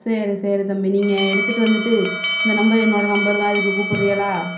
சரி சரி தம்பி நீங்கள் எடுத்துட்டு வந்துட்டு இந்த நம்பர் என்னோடய நம்பர் தான் இதுக்கு கூப்புடுறீங்களா